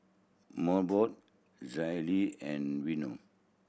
Mobot Zalia and Vono